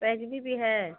पैजमी भी है